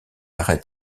arrête